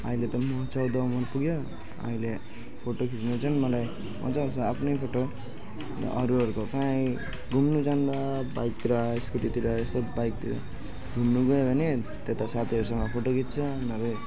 अहिले त म चाहिँ दमक पुग्यो अहिले फोटो खिच्नु चाहिँ मलाई मजा आउँछ आफ्नै फोटो अन्त अरूहरूको काहीँ घुम्नु जाँदा बाइकतिर स्कुटीतिर यसो बाइकतिर घुम्नु गयो भने त्यता साथीहरूसँग फोटो खिच्छ नभए